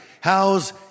how's